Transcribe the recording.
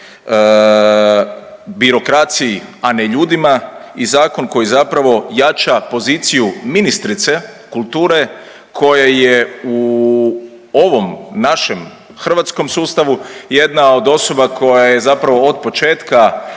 birokraciji, a ne ljudima i zakon koji zapravo jača poziciju ministrice kulture koja je u ovom našem hrvatskom sustavu jedna od osoba koja je zapravo otpočetka